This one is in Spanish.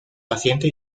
paciente